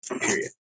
period